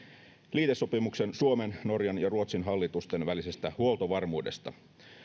liitesopimuksen suomen norjan ja ruotsin hallitusten välisestä huoltovarmuudesta